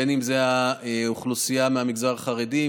בין שזה האוכלוסייה מהמגזר החרדי,